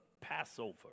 Passover